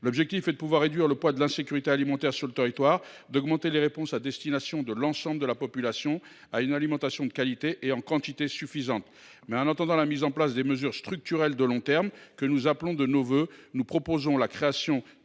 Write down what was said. L’objectif est de pouvoir réduire le poids de l’insécurité alimentaire sur le territoire, d’augmenter les réponses à destination de l’ensemble de la population en faveur d’une alimentation de qualité et en quantité suffisante. En attendant la mise en place de mesures structurelles de long terme que nous appelons de nos vœux, nous proposons la création